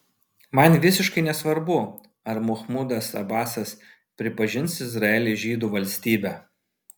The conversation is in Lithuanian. man visiškai nesvarbu ar machmudas abasas pripažins izraelį žydų valstybe